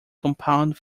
compound